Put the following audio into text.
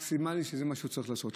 המקסימלית, שזה מה שהוא צריך לעשות.